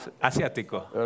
asiático